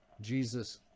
Jesus